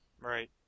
Right